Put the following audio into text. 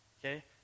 Okay